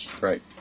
Right